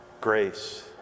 grace